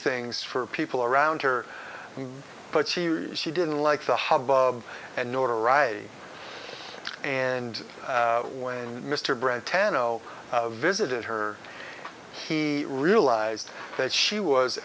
things for people around her but she she didn't like the hub and notoriety and way mr brand tanno visited her he realized that she was